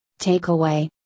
Takeaway